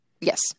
Yes